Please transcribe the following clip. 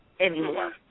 anymore